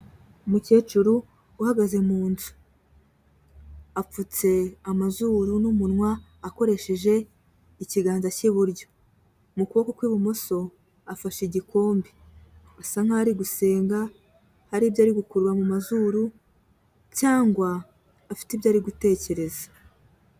Umukecuru uhagaze mu nzu, apfutse amazuru n'umunwa akoresheje ikiganza k'iburyo mu kuboko kw'ibumoso, afashe igikombe asa nkaho ari gusenga, hari ibyo ari gukurura mu mazuru cyangwa afite ibyo ari gutekereza.